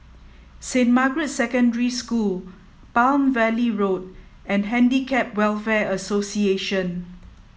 Saint Margaret's Secondary School Palm Valley Road and Handicap Welfare Association